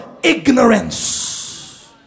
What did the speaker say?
ignorance